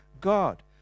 God